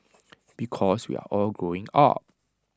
because we're all growing up